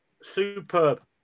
Superb